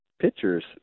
pictures